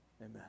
amen